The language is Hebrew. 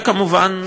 כמובן,